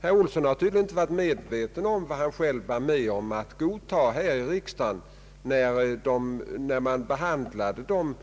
Herr Olsson har tydligen inte varit medveten om vad han själv varit med om att godta här i riksdagen, när vi behandlade de